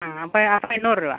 ആ അപ്പം ആ എണ്ണൂറ് രൂപ